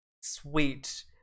sweet